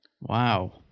Wow